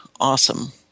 awesome